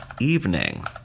evening